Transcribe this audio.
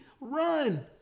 Run